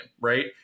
right